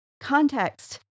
context